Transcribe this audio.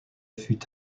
fut